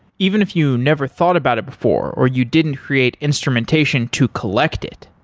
even if you never thought about it before or you didn't create instrumentation to collect it,